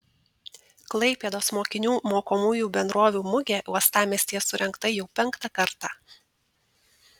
klaipėdos mokinių mokomųjų bendrovių mugė uostamiestyje surengta jau penktą kartą